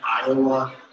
Iowa